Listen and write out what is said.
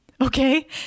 okay